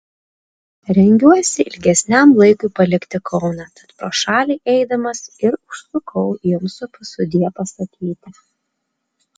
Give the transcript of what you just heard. rengiuosi ilgesniam laikui palikti kauną tat pro šalį eidamas ir užsukau jums sudie pasakyti